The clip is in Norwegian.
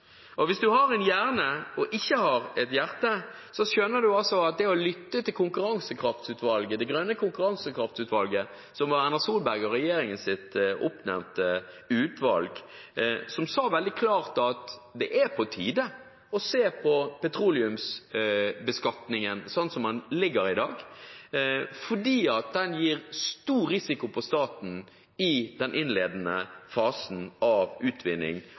likevel. Hvis man har en hjerne og ikke et hjerte, lytter man til det grønne konkurransekraftutvalget, Erna Solberg og regjeringens oppnevnte utvalg, som sa veldig klart at det er på tide å se på petroleumsbeskatningen slik den er i dag, fordi den gir stor risiko for staten i den innledende fasen av utvinning